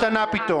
בלב פתוח,